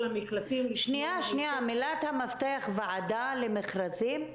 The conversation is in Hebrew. מילת המפתח ועדת מכרזים.